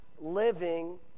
living